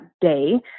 day